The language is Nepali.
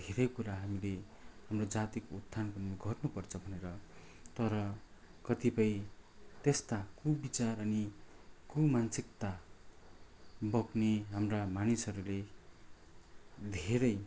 धेरै कुरा हामीले हाम्रो जातिको उत्थानको निम्ति गर्नुपर्छ भनेर तर कतिपय त्यस्ता कुविचार अनि कुमानसिकता बोक्ने हाम्रा मानिसहरूले धेरै